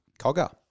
Cogger